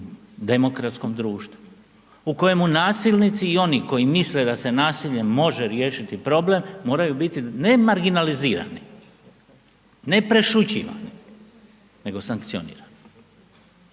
u demokratskom društvu u kojemu nasilnici i oni koji misle da se nasiljem može riješiti problem moraju biti ne marginalizirani, ne prešućivani nego sankcionirani.